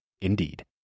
Indeed